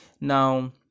now